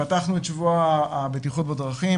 אנחנו פתחנו את שבוע הבטיחות בדרכים,